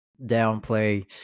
downplay